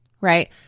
right